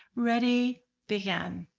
ready begin.